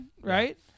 right